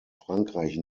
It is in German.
frankreich